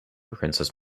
princess